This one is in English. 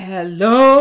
Hello